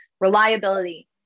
Reliability